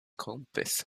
kompis